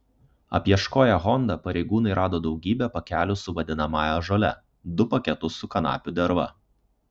apieškoję honda pareigūnai rado daugybę pakelių su vadinamąją žole du paketus su kanapių derva